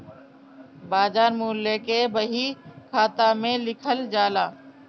बाजार मूल्य के बही खाता में लिखल जाला